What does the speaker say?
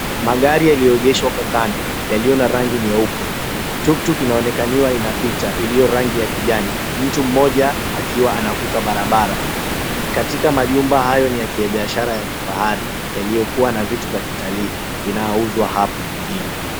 Magari yalioegeshwa kwa kando yalio na rangi nyeupe. Tuktuk inaonekana inapita ilio rangi ya kijani. Mtu mmoja akiwa anavuka barabara. Katika majumba hayo ni ya kibiashara ya kifahari yaliokua na vitu vya kitalii vinaouzwa hapo mjini.